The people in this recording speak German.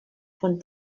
von